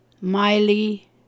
Miley